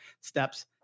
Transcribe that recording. steps